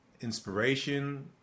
inspiration